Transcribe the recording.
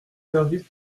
services